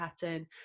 pattern